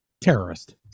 Terrorist